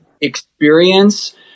experience